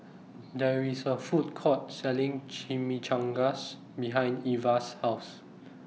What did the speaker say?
There IS A Food Court Selling Chimichangas behind Ivah's House